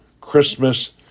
Christmas